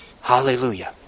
Hallelujah